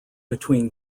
between